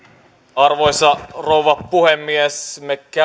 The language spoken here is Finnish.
arvoisa rouva puhemies me